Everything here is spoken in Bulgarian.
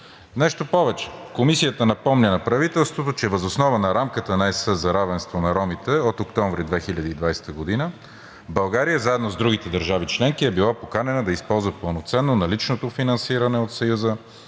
Нещо повече, Комисията напомня на правителството, че въз основа на рамката на ЕС за равенство на ромите от месец октомври 2020 г. България заедно с другите държави членки е била поканена да използва пълноценно наличното финансиране от Съюза